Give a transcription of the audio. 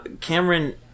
Cameron –